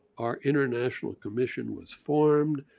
our international commission was formed.